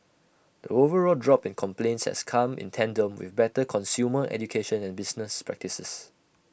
the overall drop in complaints has come in tandem with better consumer education and business practices